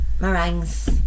Meringues